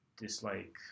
dislike